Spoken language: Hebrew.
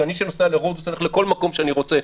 כי מי שנוסע לרודוס הולך לכל מקום שהוא רוצה,